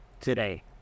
today